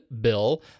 bill